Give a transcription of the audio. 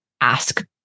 ask